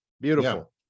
beautiful